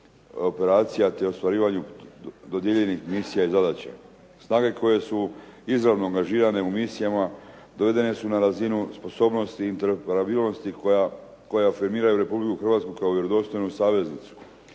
operacija te ostvarivanju dodijeljenih misija i zadaća. Snage koje su izravno angažirane u misijama dovedene su na razinu sposobnosti i interoperabilnosti koje afirmiraju Republiku Hrvatsku kao vjerodostojnu saveznicu